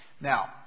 Now